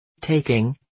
Taking